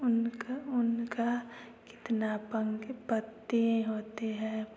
उनका उनका कितना पंख पत्ती होते है